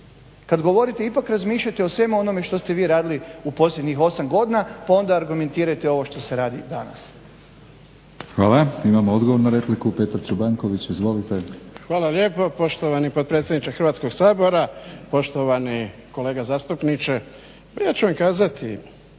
kad govorite ipak razmišljajte o svemu onome što ste vi radili u posljednjih 8 godina, pa onda argumentirajte ovo što se radi danas. **Batinić, Milorad (HNS)** Hvala. Imamo odgovor na repliku, Petar Čobanković. Izvolite. **Čobanković, Petar (HDZ)** Hvala lijepa poštovani potpredsjedniče Hrvatskog sabora, poštovani kolega zastupniče. Pa ja ću vam kazati